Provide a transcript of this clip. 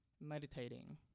meditating